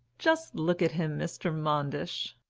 just look at him, mr. manders.